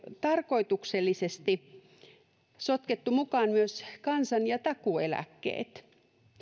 tarkoituksellisesti sotkettu mukaan myös kansan ja takuueläkkeet